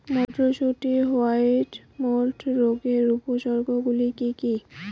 মটরশুটির white mould রোগের উপসর্গগুলি কী কী?